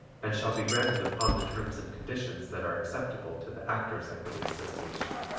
and shall be granted upon the terms and conditions that are acceptable to the actors' equity association.